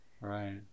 Right